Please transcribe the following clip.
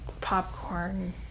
popcorn